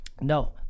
No